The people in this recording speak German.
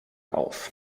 auf